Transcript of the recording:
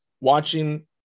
watching